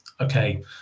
okay